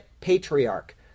patriarch